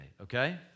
Okay